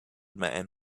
man